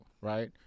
right